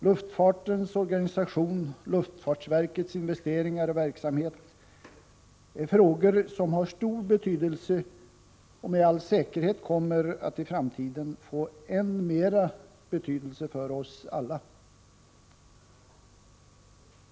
Luftfartens organisation och luftfartsverkets investeringar och verksamhet är frågor som har stor betydelse och som med all säkerhet kommer att få än större betydelse i framtiden för oss alla.